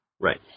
Right